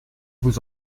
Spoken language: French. vous